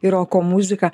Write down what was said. ir roko muzika